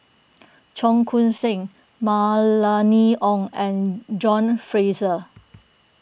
Cheong Koon Seng Mylene Ong and John Fraser